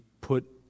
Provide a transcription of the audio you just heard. put